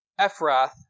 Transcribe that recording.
Ephrath